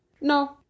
No